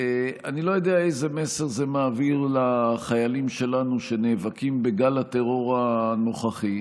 אני לא יודע איזה מסר זה מעביר לחיילים שלנו שנאבקים בגל הטרור הנוכחי.